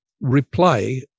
reply